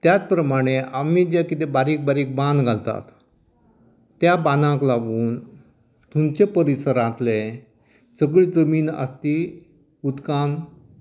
त्याच प्रमाणे आमी जे कितें बारीक बारीक बांद घालतात त्या बांदाक लागून तुमच्या परिसरांतले सगळीं जमीन आसा ती उदकान